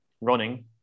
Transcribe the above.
running